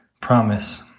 promise